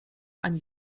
ani